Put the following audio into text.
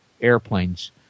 airplanes